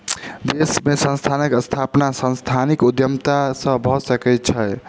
देश में संस्थानक स्थापना सांस्थानिक उद्यमिता से भअ सकै छै